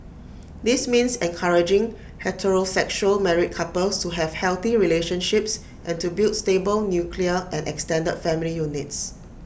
this means encouraging heterosexual married couples to have healthy relationships and to build stable nuclear and extended family units